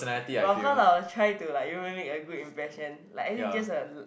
but of course I will try to like make a good impression like actually just a